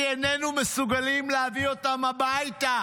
כי איננו מסוגלים להביא אותם הביתה,